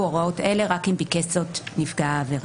הוראות אלה רק אם ביקש זאת נפגע העבירה."